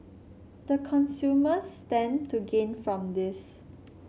the consumers stand to gain from this